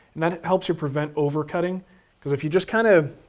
and that helps you prevent over-cutting cause if you just kind of.